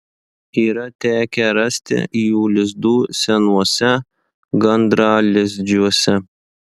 yra tekę rasti jų lizdų senuose gandralizdžiuose